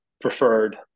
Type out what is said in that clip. preferred